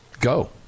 go